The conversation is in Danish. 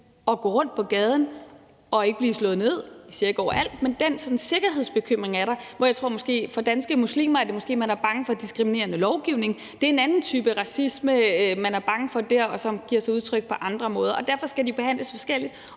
at gå rundt på gaden og for at blive slået ned. Jeg siger ikke, at det er overalt, men den bekymring for sikkerheden er der. Og jeg tror, at det for danske muslimer måske mere handler om, at man er bange for diskriminerende lovgivning. Det er en anden type racisme, man er bange for dér, og som giver sig til udtryk på andre måder. Derfor skal de behandles forskelligt